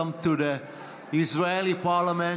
welcome to the Israeli Parliament,